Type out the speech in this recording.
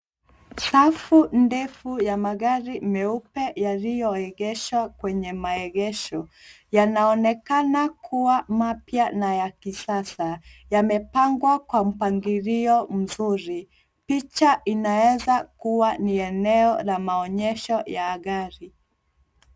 Safu ndefu ya magari meupe yaliyoegeshwa kwenye maegesho. Yanaonekana kuwa mapya na ya kisasa, yamepangwa kwa mpangilio mzuri. Picha inaweza kuwa ni eneo la maonyesho ya gari.